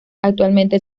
actualmente